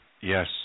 Yes